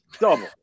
Double